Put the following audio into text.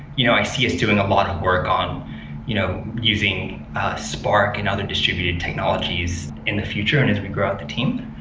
you know i see us doing a lot of work on you know using spark and other distributed technologies in the future and we grow out the team.